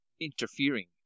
interfering